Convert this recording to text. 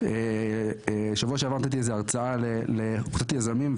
שבוע שעבר נתתי איזה הרצאה ליזמים,